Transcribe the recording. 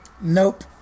Nope